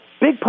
big